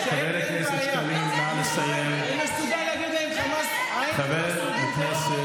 הוא מסוגל להגיד אם חמאס הוא ארגון טרור או לא?